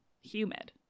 humid